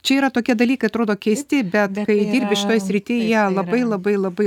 čia yra tokie dalykai atrodo keisti bet kai dirbi šitoj srity jie labai labai labai